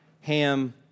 Ham